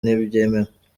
ntibyemewe